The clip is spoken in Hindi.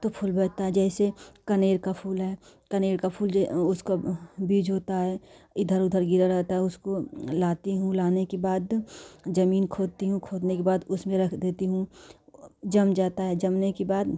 तो फूल बढ़ता जैसे कनेर का फूल है कनेर का फूल जो उसका बीच होता है इधर उधर गिरा रहता है उसको लाती हूँ लाने के बाद ज़मीन खोदती हूँ खोदने के बाद उसमें रख देती हूँ जम जाता है जमने को बाद